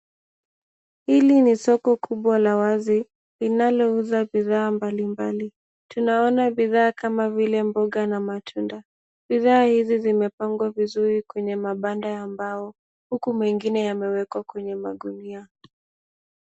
Hili ni soko kubwa la wazi, linalouza bidhaa mbalimbali. Tunaona bidhaa kama vile mboga na matunda ,bidhaa hizi zimepangwa vizuri kwenye mabanda ya mbao, huku mengine yamewekwa kwenye magunia.